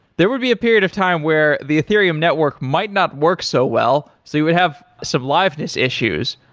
there would be a period of time where the ethereum network might not work so well. so you would have some liveness issues,